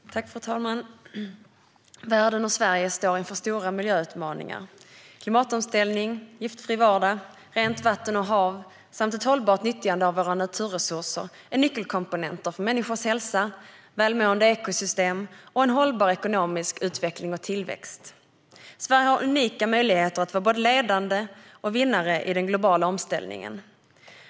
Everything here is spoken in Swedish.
Fru talman! Världen och Sverige står inför stora miljöutmaningar. Klimatomställning, giftfri vardag, rent vatten och hav samt ett hållbart nyttjande av våra naturresurser är nyckelkomponenter för människors hälsa, välmående ekosystem och en hållbar ekonomisk utveckling och tillväxt. Sverige har unika möjligheter att vara både ledande och vinnare i den globala omställningen.